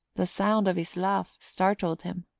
the sound of his laugh startled him.